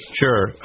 sure